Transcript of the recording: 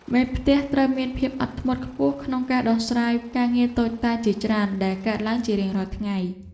មេផ្ទះត្រូវមានភាពអត់ធ្មត់ខ្ពស់ក្នុងការដោះស្រាយការងារតូចតាចជាច្រើនដែលកើតឡើងជារៀងរាល់ថ្ងៃ។